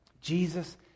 Jesus